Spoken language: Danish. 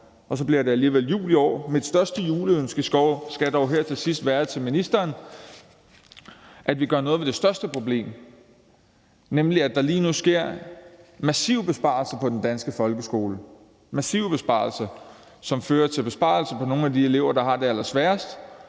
Så bliver det alligevel jul i år. Mit største juleønske til ministeren skal dog her til sidst være, at vi gør noget ved det største problem, nemlig det, at der lige nu sker massive besparelser på den danske folkeskole – massive besparelser! – som fører til besparelser på nogle af de elever, der har det allersværest,